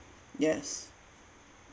yes